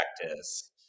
practice